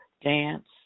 dance